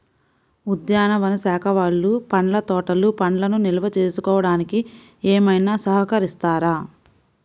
ఉద్యానవన శాఖ వాళ్ళు పండ్ల తోటలు పండ్లను నిల్వ చేసుకోవడానికి ఏమైనా సహకరిస్తారా?